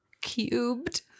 Cubed